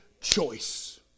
choice